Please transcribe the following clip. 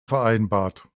vereinbart